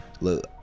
look